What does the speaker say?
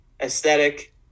aesthetic